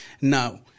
Now